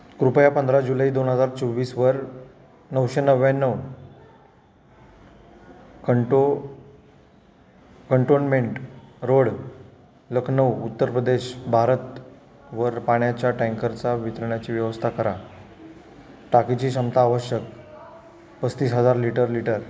कृपया पंधरा जुलै दोन हजार चोवीसवर नऊशे नव्व्याण्णव कंटो कंटोनमेंट रोड लखनौ उत्तर प्रदेश भारत वर पाण्याच्या टँकरच्या वितरणाची व्यवस्था करा टाकीची क्षमता आवश्यक पस्तीस हजार लिटर लिटर